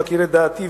מכיר את דעתי,